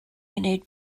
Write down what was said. gwneud